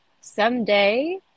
someday